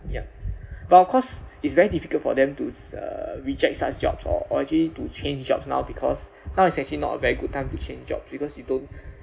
ya but of course it's very difficult for them to uh reject such job or to change jobs now because now is actually not very good time to change jobs because you don't